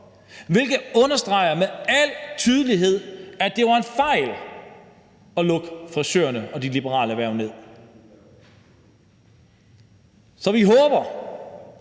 hvilket med al tydelighed understreger, at det var en fejl at lukke frisørerne og de liberale erhverv ned. Så vi håber,